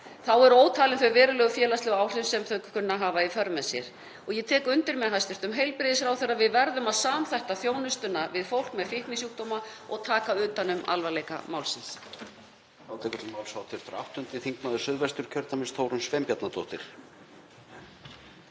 Þá eru ótalin þau verulegu félagslegu áhrif sem þau kunna að hafa í för með sér. Ég tek undir með hæstv. heilbrigðisráðherra: Við verðum að samþætta þjónustuna við fólk með fíknisjúkdóma og taka utan um alvarleika málsins.